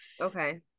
Okay